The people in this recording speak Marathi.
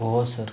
हो सर